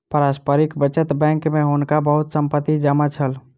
पारस्परिक बचत बैंक में हुनका बहुत संपत्ति जमा छल